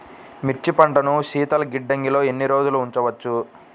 మిర్చి పంటను శీతల గిడ్డంగిలో ఎన్ని రోజులు ఉంచవచ్చు?